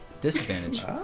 disadvantage